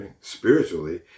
Spiritually